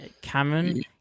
Cameron